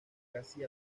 casi